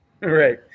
Right